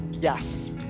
yes